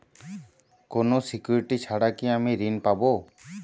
কোনো সিকুরিটি ছাড়া কি আমি ঋণ পাবো?